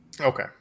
Okay